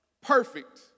perfect